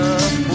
up